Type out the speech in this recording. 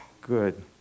Good